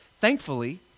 Thankfully